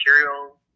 material